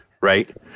right